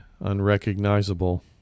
unrecognizable